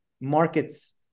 markets